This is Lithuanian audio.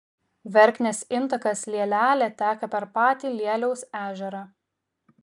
verknės intakas lielelė teka per patį lieliaus ežerą